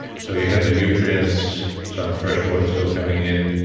so you have the nutrients, some fresh water still coming in,